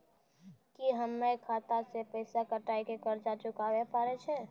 की हम्मय खाता से पैसा कटाई के कर्ज चुकाबै पारे छियै?